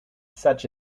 such